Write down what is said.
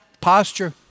posture